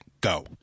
Go